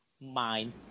mind